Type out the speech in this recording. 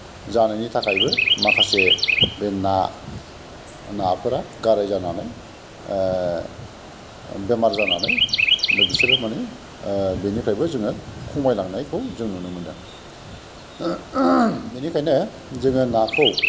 जानायनि थाखायबो माखासे बे ना नाफोरा गाराय जानानै बेमार जानानै बिसोरो माने बेनिफ्रायबो जोङो खमायलांनायखौ जों नुनो मोनदों बेनिखायनो जोङो नाखौ